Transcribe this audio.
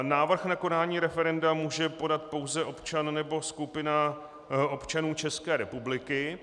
Návrh na konání referenda může podat pouze občan nebo skupina občanů České republiky.